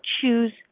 choose